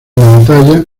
batalla